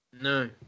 No